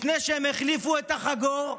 לפני שהם החליפו את החגור,